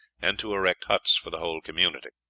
and to erect huts for the whole community.